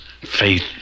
faith